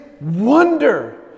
wonder